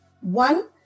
one